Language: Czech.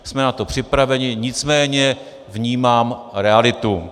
Jsme na to připraveni, nicméně vnímám realitu.